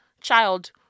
child